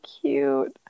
cute